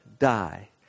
Die